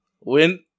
win